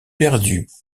perdus